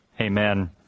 Amen